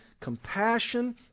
compassion